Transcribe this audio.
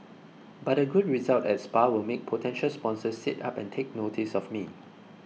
but a good result at spa will make potential sponsors sit up and take notice of me